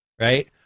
right